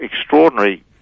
extraordinary